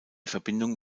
verbindung